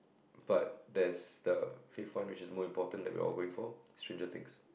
but there's the fifth one which is more important that we're all going for the stranger things